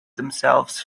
themselves